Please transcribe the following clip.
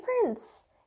difference